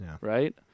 right